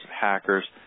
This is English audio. hackers